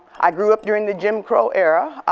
i grew up during the jim crow era.